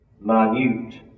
minute